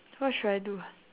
what should I do ah